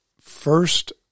first